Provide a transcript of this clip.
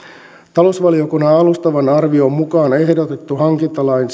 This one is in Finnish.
talousvaliokunnan alustavan arvion mukaan ehdotettu hankintalain